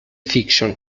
fiction